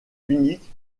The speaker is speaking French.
unique